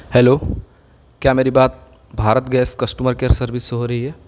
hello کیا میری بات Bharat Gas customer care service سے ہو رہی ہے